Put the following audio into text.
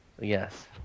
Yes